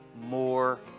more